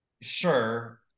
sure